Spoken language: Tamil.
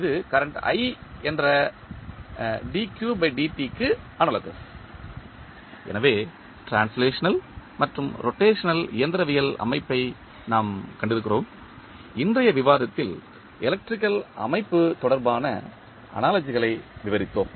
இது கரண்ட் என்ற க்கு அனாலோகஸ் எனவே டிரான்ஸ்லேஷனல் மற்றும் ரொட்டேஷனல் இயந்திரவியல் அமைப்பை நாம் கண்டிருக்கிறோம் இன்றைய விவாதத்தில் எலக்ட்ரிகல் அமைப்பு தொடர்பான அனாலஜிகளை விவரித்தோம்